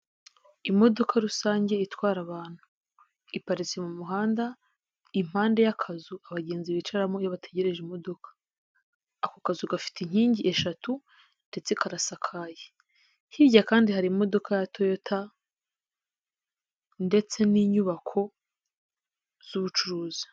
Imodoka rusange itwara abantu iparitse, mu muhanda impande y'akazu abagenzi bicaramo iyo bategereje imodoka. Ako kazu gafite inkingi eshatu ndetse karasakaye, hirya kandi hari imodoka ya toyota ndetse n'inyubako z'ubucuruzi.